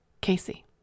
Casey